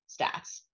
stats